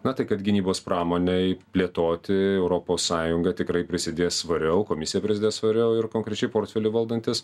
na tai kad gynybos pramonei plėtoti europos sąjunga tikrai prisidės svariau komisija prisidės svariau ir konkrečiai portfelį valdantis